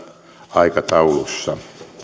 aikataulussa